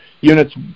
units